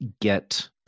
get